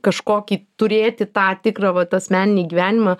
kažkokį turėti tą tikrą vat asmeninį gyvenimą